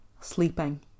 sleeping